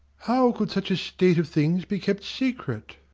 how could such a state of things be kept secret?